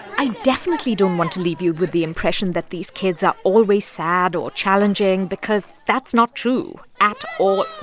i definitely don't want to leave you with the impression that these kids are always sad or challenging because that's not true at all.